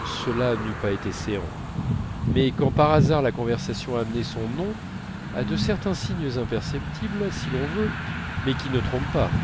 cela n'eût pas été séant mais quand par hasard la conversation amenait son nom à de certains signes imperceptibles si l'on veut mais qui ne trompent pas